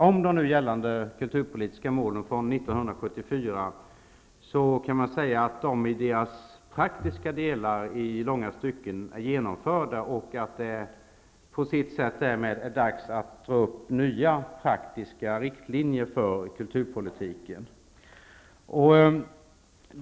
Om de nu gällande kulturpolitiska målen från 1974 kan man säga att de i sina faktiska delar i långa stycken är genomförda. Därmed är det dags att dra upp nya praktiska riktlinjer för kulturpolitiken.